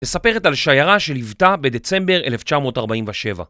מספרת על שיירה שליוותה בדצמבר 1947